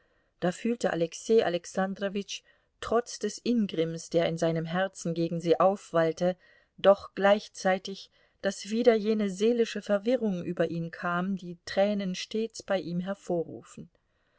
da fühlte alexei alexandrowitsch trotz des ingrimms der in seinem herzen gegen sie aufwallte doch gleichzeitig daß wieder jene seelische verwirrung über ihn kam die tränen stets bei ihm hervorriefen